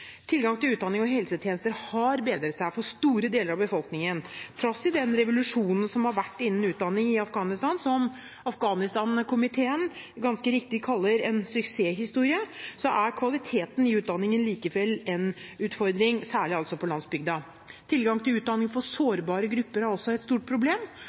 Tilgang til utdanning og helsetjenester har bedret seg for store deler av befolkningen. Trass i den revolusjonen som har vært innen utdanning i Afghanistan, og som Afghanistankomiteen ganske riktig kaller en suksesshistorie, er kvaliteten i utdanningen en utfordring, særlig altså på landsbygda. Tilgang til utdanning for sårbare grupper er også et stort problem.